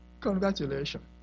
congratulations